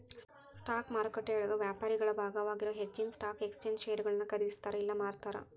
stock ಮಾರುಕಟ್ಟೆಯೊಳಗ ವ್ಯಾಪಾರಿಗಳ ಭಾಗವಾಗಿರೊ ಹೆಚ್ಚಿನ್ ಸ್ಟಾಕ್ ಎಕ್ಸ್ಚೇಂಜ್ ಷೇರುಗಳನ್ನ ಖರೇದಿಸ್ತಾರ ಇಲ್ಲಾ ಮಾರ್ತಾರ